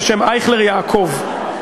בשם "אייכלר יעקוב".